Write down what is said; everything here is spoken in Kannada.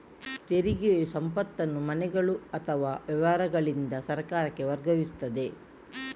ತೆರಿಗೆಯು ಸಂಪತ್ತನ್ನು ಮನೆಗಳು ಅಥವಾ ವ್ಯವಹಾರಗಳಿಂದ ಸರ್ಕಾರಕ್ಕೆ ವರ್ಗಾಯಿಸುತ್ತದೆ